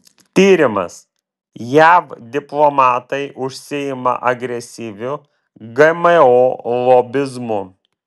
tyrimas jav diplomatai užsiima agresyviu gmo lobizmu